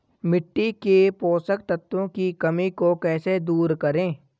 मिट्टी के पोषक तत्वों की कमी को कैसे दूर करें?